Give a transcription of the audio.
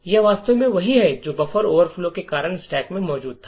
यह वास्तव में वही है जो बफर ओवरफ्लो के कारण स्टैक में मौजूद था